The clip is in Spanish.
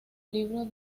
libro